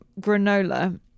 granola